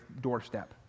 doorstep